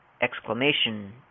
Exclamation